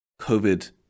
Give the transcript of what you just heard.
COVID